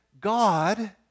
God